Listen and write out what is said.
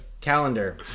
Calendar